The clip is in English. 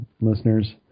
listeners